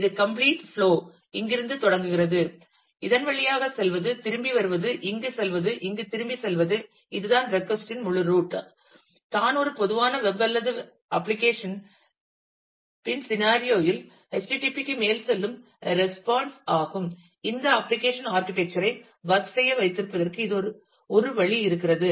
எனவே இது complete flow இங்கிருந்து தொடங்குகிறது இதன் வழியாகச் செல்வது திரும்பி வருவது இங்கு செல்வது இங்கு திரும்பிச் செல்வது இதுதான் ரெட்கொஸ்ட் இன் முழு ரூட் தான் ஒரு பொதுவான வெப் அல்லது அப்ளிகேஷன் பின் சினாரியோ இல் HTTP க்கு மேல் செல்லும் ரெஸ்பான்ஸ் ஆகும் இந்த அப்ளிகேஷன் ஆர்க்கிடெக்சர் ஐ வொர்க் செய்ய வைப்பதற்கு ஒரு வழி இருக்கிறது